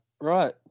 Right